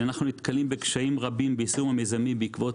אנחנו נתקלים בקשיים רבים ביישום המיזמים בעקבות